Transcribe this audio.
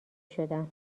شدم